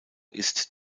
ist